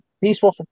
peaceful